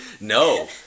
No